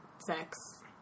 Sex